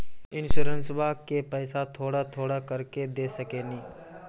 इंश्योरेंसबा के पैसा थोड़ा थोड़ा करके दे सकेनी?